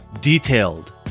detailed